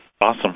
Awesome